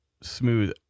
smooth